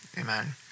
Amen